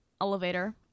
elevator